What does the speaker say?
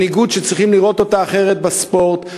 מנהיגות שצריכים לראות אותה אחרת בספורט,